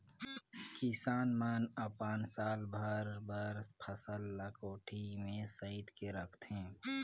किसान मन अपन साल भर बर फसल ल कोठी में सइत के रखथे